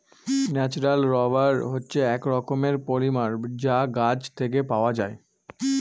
natural rubber হচ্ছে এক রকমের পলিমার যা গাছ থেকে পাওয়া যায়